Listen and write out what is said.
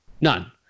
None